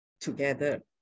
together